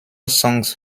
songs